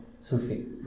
Sufi